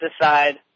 decide